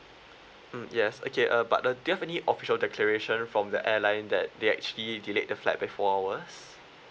mm yes okay uh but uh do you have any official declaration from the airline that they actually delayed the flight back four hours